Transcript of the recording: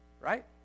Right